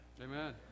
amen